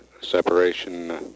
Separation